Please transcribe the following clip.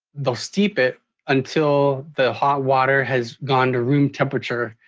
they'll steep it until the hot water has gone to room temperature,